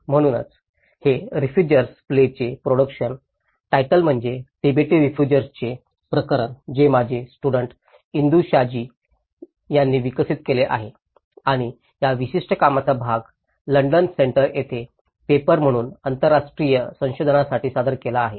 म्हणूनच हे refugees play चे प्रोडक्शन टायटल म्हणजे तिबेटी रेफुजिर्सचे प्रकरण जे माझे स्टुडन्ट इंदू शाजी यांनी विकसित केले आहे आणि या विशिष्ट कामाचा भाग लंडन सेंटर येथे पेपर म्हणून आंतरशास्त्रीय संशोधनासाठी सादर केला आहे